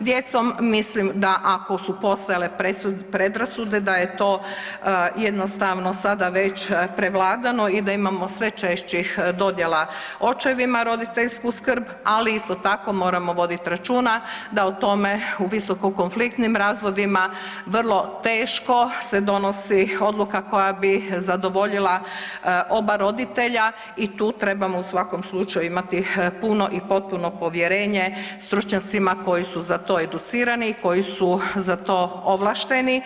djecom, mislim da ako su postojale predrasude da je to jednostavno sada već prevladano i da imamo sve češćih dodjela očevima roditeljsku skrb, ali isto tako moramo vodit računa da o tome u visoko konfliktnim razvodima vrlo teško se donosi odluka koja bi zadovoljila oba roditelja i tu trebamo u svakom slučaju imati puno i potpuno povjerenje stručnjacima koji su za to educirani i koji su za to ovlašteni.